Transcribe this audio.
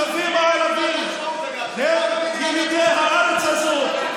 התושבים הערבים הם ילידי הארץ הזאת,